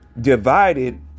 divided